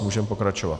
Můžeme pokračovat.